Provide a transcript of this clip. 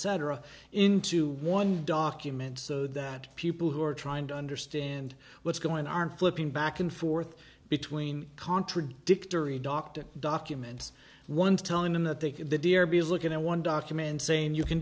cetera into one document so that people who are trying to understand what's going on flipping back and forth between contradictory doctor documents once telling them that they can dare be looking at one document saying you can